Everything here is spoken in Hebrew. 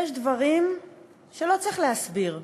יש דברים שלא צריך להסביר.